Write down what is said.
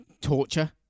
torture